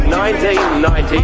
1990